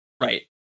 right